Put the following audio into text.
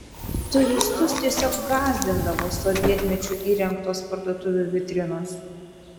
turistus tiesiog gąsdindavo sovietmečiu įrengtos parduotuvių vitrinos